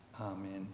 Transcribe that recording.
Amen